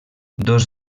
dos